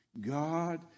God